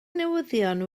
newyddion